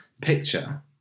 picture